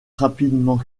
rapidement